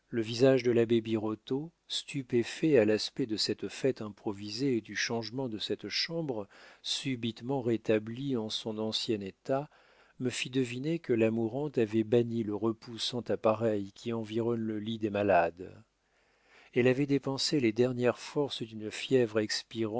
le visage de l'abbé birotteau stupéfait à l'aspect de cette fête improvisée et du changement de cette chambre subitement rétablie en son ancien état me fit deviner que la mourante avait banni le repoussant appareil qui environne le lit des malades elle avait dépensé les dernières forces d'une fièvre